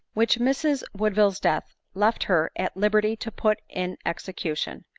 which mrswoodville's death left her at liberty to put in execution.